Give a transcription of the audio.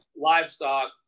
livestock